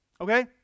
Okay